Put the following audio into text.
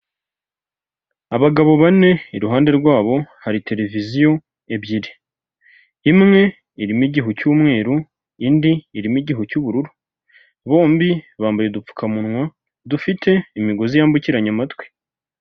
Abagabo bane, iruhande rwabo hari tereviziyo ebyiri. Imwe irimo igihu cyumweru, indi irimo igihu cy'ubururu. Bombi bambaye udupfukamunwa dufite imigozi yambukiranya amatwi.